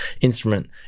instrument